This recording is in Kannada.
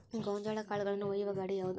ಗೋಂಜಾಳ ಕಾಳುಗಳನ್ನು ಒಯ್ಯುವ ಗಾಡಿ ಯಾವದು?